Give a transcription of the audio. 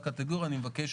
אני כן מבקש